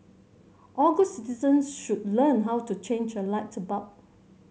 all good citizens should learn how to change a light bulb